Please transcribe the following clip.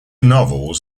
novels